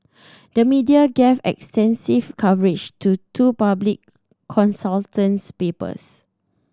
the media gave extensive coverage to two public papers